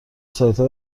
سایتها